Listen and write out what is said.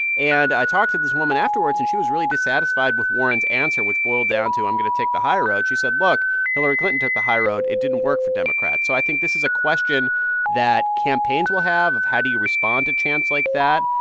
and i talked to this woman afterwards, and she was really dissatisfied with warren's answer, which boiled down to, i'm going to take the high road. she said, look. hillary clinton took the high road. it didn't work for democrats so i think this is a question that campaigns will have of how do you respond to chants like that?